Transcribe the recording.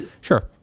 Sure